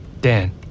Dan